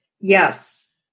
yes